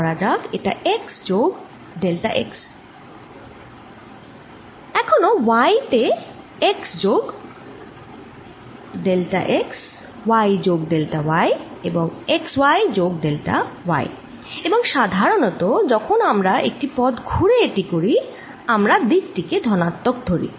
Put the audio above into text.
ধরা যাক এটা x যোগ ডেল্টা x এখনো y তে x যোগ ডেল্টা x y যোগ ডেল্টা y এবং x y যোগ ডেল্টা y এবং সাধরণত যখন আমরা একটি পথ ঘুরে এটি করি আমরা দিক টিকে ধনাত্মক ধরি